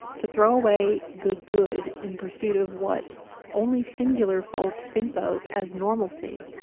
to throw away the good in pursuit of what only singular folk think of as normalcy,